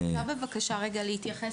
אני רוצה רגע להתייחס.